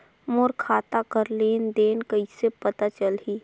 मोर खाता कर लेन देन कइसे पता चलही?